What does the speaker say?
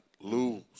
lose